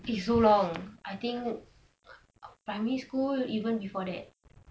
it's so long I think primary school even before that